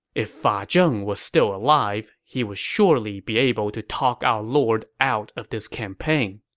if fa ah zheng was still alive, he would surely be able to talk our lord out of this campaign.